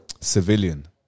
Civilian